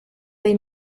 they